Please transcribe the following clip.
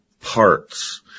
parts